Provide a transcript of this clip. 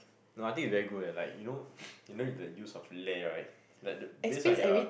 no I think is very good eh like you know you know the use of leh right like the based on your